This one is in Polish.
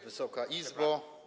Wysoka Izbo!